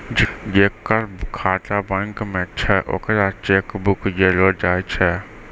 जेकर खाता बैंक मे छै ओकरा चेक बुक देलो जाय छै